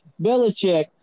Belichick